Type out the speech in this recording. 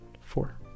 four